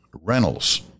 Reynolds